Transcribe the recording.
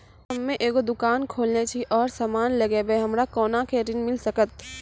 हम्मे एगो दुकान खोलने छी और समान लगैबै हमरा कोना के ऋण मिल सकत?